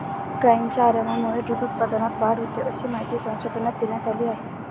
गायींच्या आरामामुळे दूध उत्पादनात वाढ होते, अशी माहिती संशोधनात देण्यात आली आहे